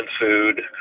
food